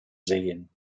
sehen